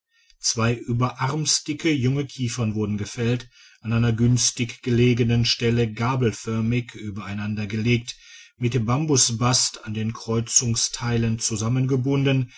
zwei über armsdicke junge kiefern wurden gefällt an einer günstig gelegenen stelle gabelförmig tibereinandergelegt mit bambusbast an den kreuzungsstellen zusammengebunden